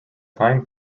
time